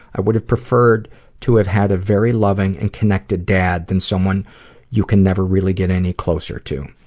i would have preferred to have had a very loving and connected dad than someone you can never really get any closer to.